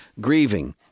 grieving